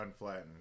unflattened